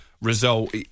result